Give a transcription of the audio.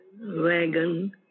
wagon